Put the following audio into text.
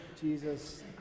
Jesus